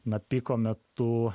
na piko metu